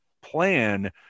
plan